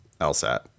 LSAT